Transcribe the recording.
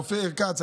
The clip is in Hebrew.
אופיר כץ,